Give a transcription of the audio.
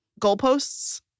Goalposts